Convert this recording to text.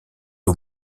aux